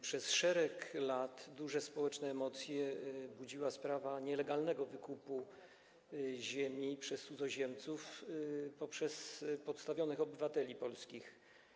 Przez szereg lat duże społeczne emocje budziła sprawa nielegalnego wykupu ziemi przez cudzoziemców poprzez podstawionych obywateli polskich.